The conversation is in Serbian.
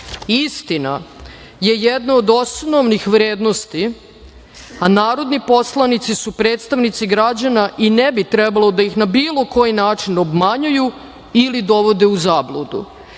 istina je jedna od osnovih vrednosti, a narodni poslanici su predstavnici građana i ne bi trebalo da ih na bilo koji način obmanjuju ili dovode u zabludu. Ja